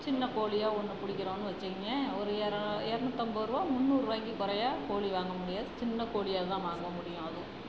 சின்னக் கோழியா ஒன்று பிடிக்கிறோன்னு வச்சிங்கள் ஒரு எர இரநூத்தம்பதுரூவா முந்நூறுபாய்க்கி குறைய கோழி வாங்க முடியாது சின்னக் கோழியா தான் வாங்க முடியும் அதுவும்